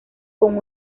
con